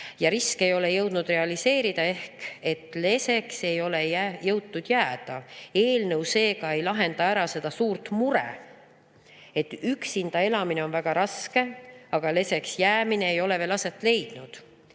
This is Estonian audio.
Ja risk ei ole jõudnud realiseeruda ehk leseks ei ole jõutud jääda. Eelnõu seega ei lahenda ära seda suurt muret, et üksinda elamine on väga raske, aga leseks jäämine ei ole veel aset leidnud.